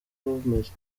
bumeze